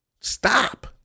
stop